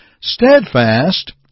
steadfast